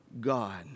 God